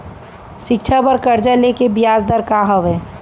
शिक्षा बर कर्जा ले के बियाज दर का हवे?